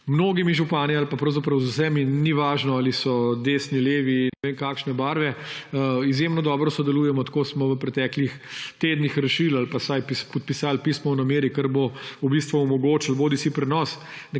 mnogimi župani ali pa pravzaprav z vsemi – ni važno ali so desni, levi, ne vem kakšne barve – izjemno dobro sodelujemo. Tako smo v preteklih tednih rešili ali pa vsaj podpisali pismo o nameri, kar bo v bistvu omogočilo bodisi prenos